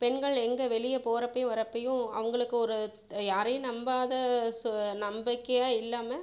பெண்கள் எங்கே வெளியே போகிறப்பையும் வரப்பையும் அவங்களுக்கு ஒரு யாரையும் நம்பாத சு நம்பிக்கையே இல்லாமல்